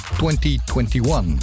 2021